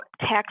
tax